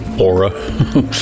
aura